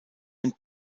und